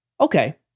Okay